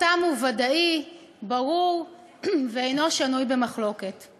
ואני מאוד מכבדת את זה.